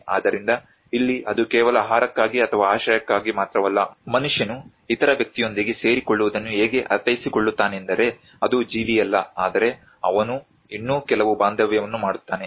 ಆದ್ದರಿಂದ ಇಲ್ಲಿ ಅದು ಕೇವಲ ಆಹಾರಕ್ಕಾಗಿ ಅಥವಾ ಆಶ್ರಯಕ್ಕಾಗಿ ಮಾತ್ರವಲ್ಲ ಮನುಷ್ಯನು ಇತರ ವ್ಯಕ್ತಿಯೊಂದಿಗೆ ಸೇರಿಕೊಳ್ಳುವುದನ್ನು ಹೇಗೆ ಅರ್ಥೈಸಿಕೊಳ್ಳುತ್ತಾನೆಂದರೆ ಅದು ಜೀವಿಯಲ್ಲ ಆದರೆ ಅವನು ಇನ್ನೂ ಕೆಲವು ಬಾಂಧವ್ಯವನ್ನು ಮಾಡುತ್ತಾನೆ